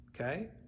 okay